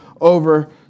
over